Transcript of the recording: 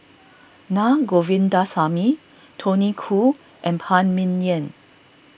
Na Govindasamy Tony Khoo and Phan Ming Yen